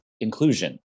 inclusion